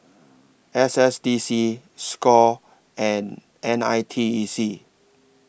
S S D C SCORE and N I T E C